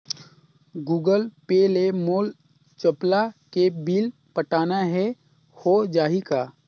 Google Pay ले मोल चपला के बिल पटाना हे, हो जाही का?